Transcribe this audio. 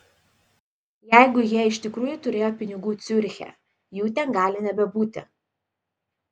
jeigu jie iš tikrųjų turėjo pinigų ciuriche jų ten gali nebebūti